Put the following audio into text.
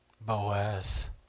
Boaz